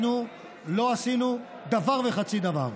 אנחנו לא עשינו דבר וחצי דבר.